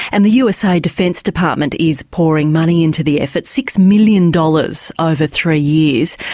and the usa defence department is pouring money into the effort, six million dollars ah over three years.